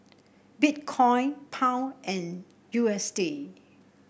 Bitcoin Pound and U S D